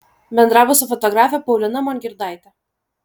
bendravo su fotografe paulina mongirdaite